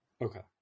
Okay